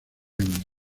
año